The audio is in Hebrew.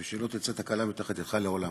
ושלא תצא תקלה מתחת ידך לעולם.